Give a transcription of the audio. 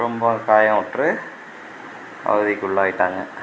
ரொம்ப காயமுற்று அவதிக்குள்ளாயிட்டாங்க